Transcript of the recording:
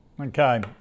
Okay